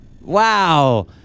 Wow